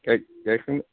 गायखां